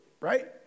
right